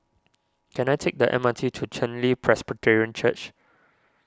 can I take the M R T to Chen Li Presbyterian Church